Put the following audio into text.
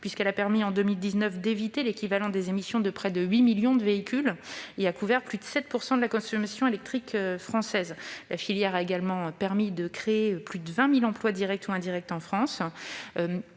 2019, elle a permis d'éviter l'équivalent des émissions de près de 8 millions de véhicules, tout en couvrant plus de 7 % de la consommation électrique française. Ensuite, la filière a permis de créer plus de 20 000 emplois directs ou indirects en France.